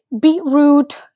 beetroot